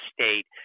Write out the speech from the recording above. state